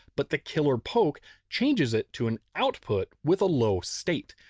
but the killer poke changes it to an output with a low state.